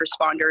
responders